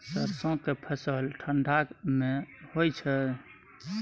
सरसो के फसल ठंडा मे होय छै?